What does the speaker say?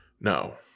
No